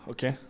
Okay